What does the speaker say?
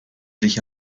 dich